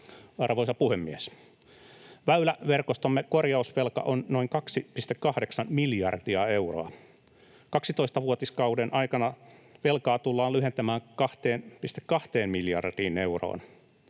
Arvoisa puhemies! Väyläverkostomme korjausvelka on noin 2,8 miljardia euroa. 12-vuotiskauden aikana velkaa tullaan lyhentämään 2,2 miljardiin euroon.